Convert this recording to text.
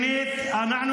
שנית, אנחנו